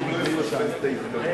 הוא לא יפספס את ההזדמנות.